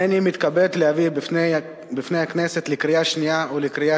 הנני מתכבד להביא בפני הכנסת לקריאה שנייה ולקריאה